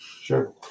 Sure